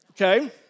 okay